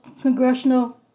congressional